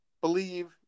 believe